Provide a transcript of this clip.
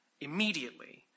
Immediately